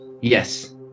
Yes